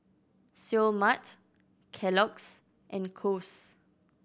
Seoul Mart Kellogg's and Kose